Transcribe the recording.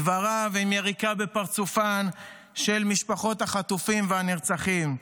דבריו הם יריקה בפרצופן של משפחות החטופים והנרצחים.